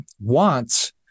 Wants